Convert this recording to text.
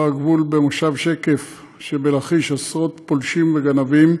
הגבול במושב שקף שבלכיש עשרות פולשים וגנבים,